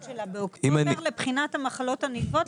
שלה באוקטובר לבחינת המחלות הנלוות.